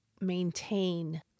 maintain